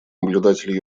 наблюдатель